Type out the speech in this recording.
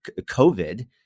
COVID